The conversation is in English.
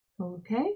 okay